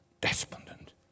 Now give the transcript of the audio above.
despondent